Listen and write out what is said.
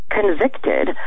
convicted